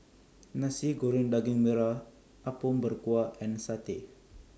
Nasi Goreng Daging Merah Apom Berkuah and Satay